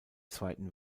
zweiten